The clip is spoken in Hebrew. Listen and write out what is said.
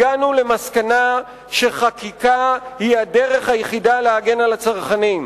הגענו למסקנה שחקיקה היא הדרך היחידה להגן על הצרכנים.